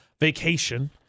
vacation